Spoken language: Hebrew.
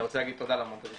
אני רוצה להגיד תודה למדריכים,